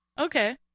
Okay